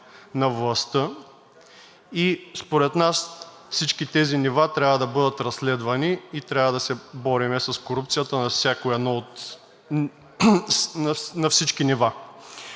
на властта. Според нас всички тези нива трябва да бъдат разследвани и трябва да се борим с корупцията на всички нива.